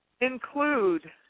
include